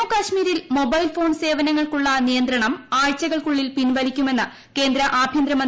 ജമ്മു കാശ്മീരിൽ mobile phone സേവനങ്ങൾക്കുള്ള നിയന്ത്രണം ആഴ്ചകൾക്കുള്ളിൽ പിൻവലിക്കുമെന്ന് കേന്ദ്രആഭൃന്തരമന്ത്രി അമിത് ഷാ